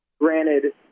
Granted